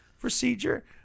procedure